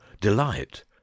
delight